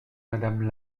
madame